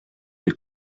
del